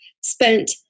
spent